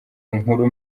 inkuru